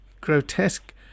grotesque